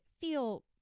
feel